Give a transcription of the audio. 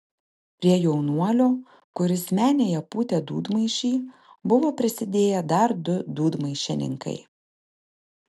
prie jaunuolio kuris menėje pūtė dūdmaišį buvo prisidėję dar du dūdmaišininkai